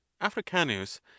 africanus